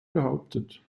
behauptet